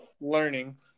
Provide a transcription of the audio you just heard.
learning